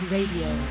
Radio